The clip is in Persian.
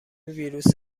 ویروس